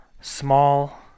small